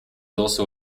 also